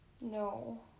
No